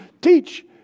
teach